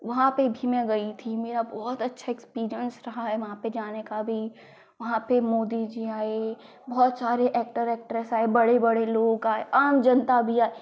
वहाँ पर भी मैं गई थी मेरा बहुत अच्छा एक्सपीरिएन्स रहा था वहाँ पर जाने का भी वहाँ पर मोदी जी आए बहुत सारे एक्टर एक्ट्रेस आए बड़े बड़े लोग आए आम जनता भी आई